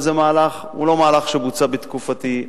הוא לא מהלך שבוצע בתקופתי,